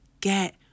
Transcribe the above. get